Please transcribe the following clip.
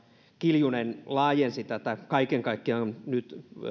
kiljunen laajensi tätä kaiken kaikkiaan nyt